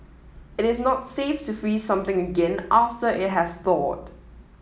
it is not safe to freeze something again after it has thawed